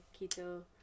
keto